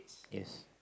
yes